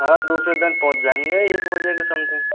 हाँ दूसरे दिन पहुँच जाएंगे एक बजे के समथिंग